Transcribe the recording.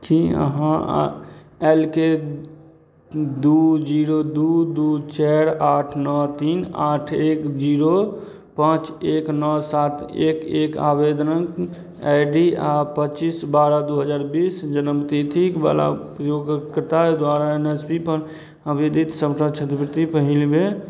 की अहाँ L K दू zero दू दू चारि आठ नओ तीन आठ एक जीरो पाँच एक नओ सात एक एक आवेदनक आई डी आ पचीस बारह दू हजार बीस जन्मतिथिक बला प्रयोगकर्ता द्वारा एन एस पी पर आवेदित सबटा छात्रवृति पहिल बेर